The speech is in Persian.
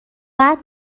بعد